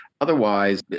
otherwise